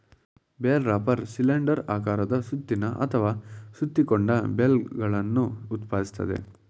bale wrapper cylinder ಆಕಾರದ ಸುತ್ತಿನ ಅಥವಾ ಸುತ್ತಿಕೊಂಡ ಬೇಲ್ಗಳನ್ನು ಉತ್ಪಾದಿಸ್ತದೆ